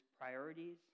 priorities